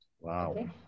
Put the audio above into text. Wow